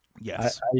Yes